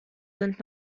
sind